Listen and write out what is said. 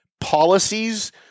policies